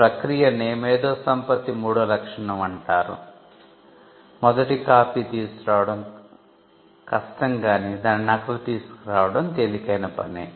ఈ ప్రక్రియనే మేధో సంపత్తి మూడో లక్షణం అంటారు మొదటి కాపీ తీసుకు రావడం కష్టం గానీ దాని నకలు తీసుకురావడం తెలికైన పని